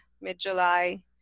mid-July